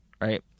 right